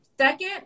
Second